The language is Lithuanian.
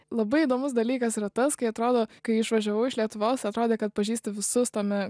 labai įdomus dalykas yra tas kai atrodo kai išvažiavau iš lietuvos atrodė kad pažįsti visus tame